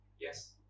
Yes